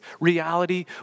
reality